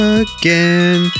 again